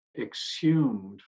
exhumed